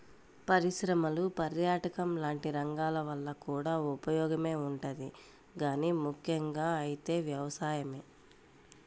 పరిశ్రమలు, పర్యాటకం లాంటి రంగాల వల్ల కూడా ఉపయోగమే ఉంటది గానీ ముక్కెంగా అయితే వ్యవసాయమే